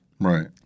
Right